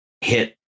hit